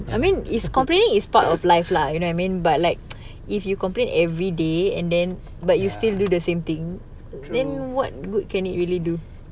I mean it's complaining is part of life lah you know what I mean but like if you complain everyday and then but you still do the same thing then what good can it really do